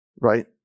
right